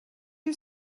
you